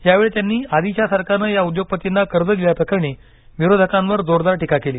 यावेळी त्यांनी आधीच्या सरकारनं या उद्योगपतींना कर्ज दिल्याप्रकरणी विरोधकांवर जोरदार टीका केली